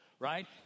Right